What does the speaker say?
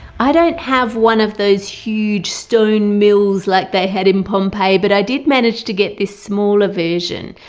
i don't have one of those huge stone mills like they had in pompeii but i did manage to get this smaller version.